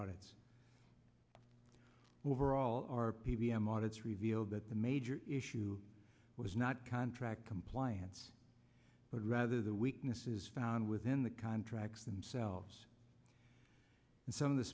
audit overall our p b m audits revealed that the major issue was not contract compliance but rather the weaknesses found within the contracts themselves and some of the